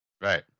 Right